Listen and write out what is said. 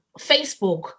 Facebook